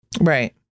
Right